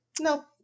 No